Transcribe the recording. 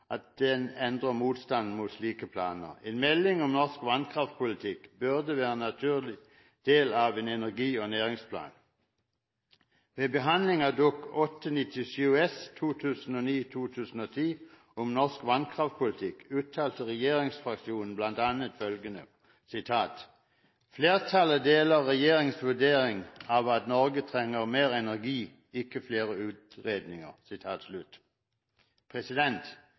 motstanden mot slike planer. En melding om norsk vannkraftpolitikk burde være en naturlig del av en energi- og næringsplan. Ved behandlingen av Dokument 8:97 S, for 2009–2010, om norsk vannkraftpolitikk, uttalte regjeringsfraksjonen bl.a. følgende: «Flertallet deler regjeringens vurdering av at Norge trenger mer energi, ikke flere utredninger.»